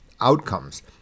outcomes